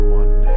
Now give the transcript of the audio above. one